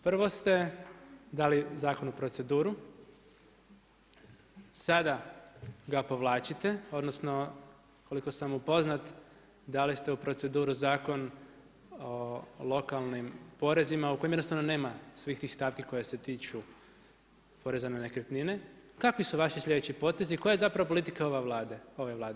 Prvo ste dali zakon u proceduru, sada ga povlačite, odnosno, koliko sam upoznat, dali ste u proceduru Zakon o lokalnim porezima u kojem jednostavno nema svih tih stavki koje se tiču poreza na nekretnine, kakvi su vaši sljedeći potezi, koja je politika ove Vlade.